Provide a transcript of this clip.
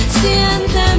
siente